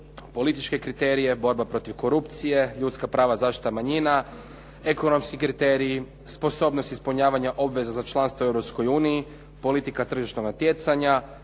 političke kriterije, borba protiv korupcije, ljudska prava zaštita manjina, ekonomski kriteriji, sposobnost ispunjavanja obveza za članstvo u Europskoj uniji, politika tržišnog natjecanja,